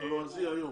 הלועזי היום?